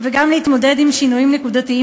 וגם להתמודד עם שינויים נקודתיים